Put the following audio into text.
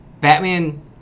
batman